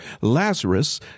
Lazarus